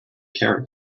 care